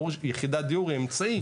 ברור שיחידת דיור היא אמצעי.